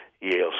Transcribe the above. Yale